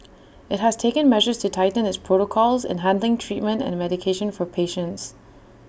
IT has taken measures to tighten its protocols in handling treatment and medication for patients